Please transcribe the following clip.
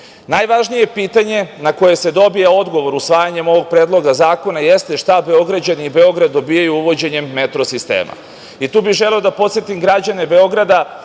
saobraćaja. Najvažnije pitanje na koje se dobija odgovor usvajanjem ovog Predloga zakona jeste šta Beograđani i Beograd dobijaju uvođenjem metro sistema. Tu bih želeo da podsetim građane Beograda